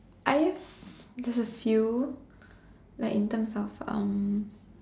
I guess there's a few like in terms of um